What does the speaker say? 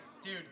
dude